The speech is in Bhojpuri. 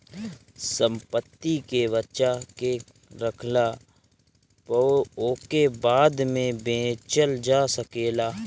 संपत्ति के बचा के रखला पअ ओके बाद में बेचल जा सकेला